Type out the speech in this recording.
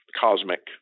cosmic